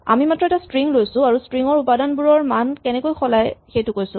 আমি মাত্ৰ এটা স্ট্ৰিং লৈছো আৰু স্ট্ৰিং ৰ উপাদানবোৰৰ মান কেনেকৈ সলাই সেইটো কৈছো